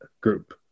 group